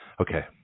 Okay